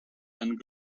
and